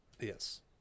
Yes